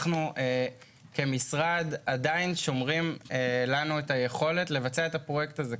אנחנו כמשרד עדיין שומרים לנו את היכולת לבצע את הפרויקט הזה.